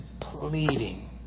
pleading